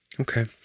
Okay